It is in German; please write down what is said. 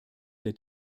der